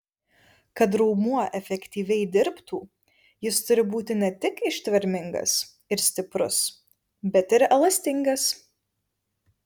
kad raumuo efektyviai dirbtų jis turi būti ne tik ištvermingas ir stiprus bet ir elastingas